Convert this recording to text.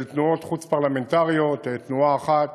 של תנועות חוץ-פרלמנטריות, תנועה אחת,